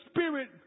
Spirit